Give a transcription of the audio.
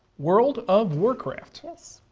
world of warcraft. yes.